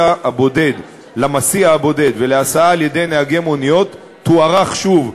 הבודד ולהסעה על-ידי נהגי מוניות תוארך שוב,